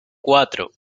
cuatro